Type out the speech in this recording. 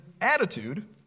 attitude